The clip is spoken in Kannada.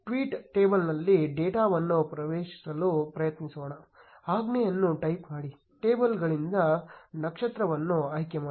ಟ್ವೀಟ್ ಟೇಬಲ್ನಲ್ಲಿ ಡೇಟಾವನ್ನು ಪ್ರವೇಶಿಸಲು ಪ್ರಯತ್ನಿಸೋಣ ಆಜ್ಞೆಯನ್ನು ಟೈಪ್ ಮಾಡಿ ಟ್ವೀಟ್ಗಳಿಂದ ನಕ್ಷತ್ರವನ್ನು ಆಯ್ಕೆಮಾಡಿ